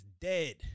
dead